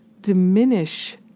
diminish